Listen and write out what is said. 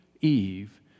Eve